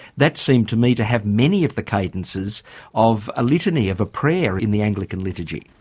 that seemed to me to have many of the cadences of a litany, of a prayer in the anglican liturgy.